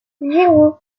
zéro